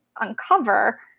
uncover